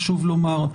חשוב לומר,